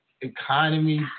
economy